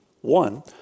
One